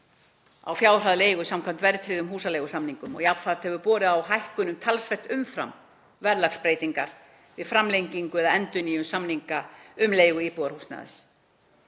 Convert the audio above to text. á fjárhæð leigu samkvæmt verðtryggðum húsaleigusamningum. Jafnframt hefur borið á hækkunum talsvert umfram verðlagsbreytingar í framlengingu eða við endurnýjun samninga um leigu íbúðarhúsnæðis.